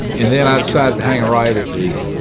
and then i decided to hang right at the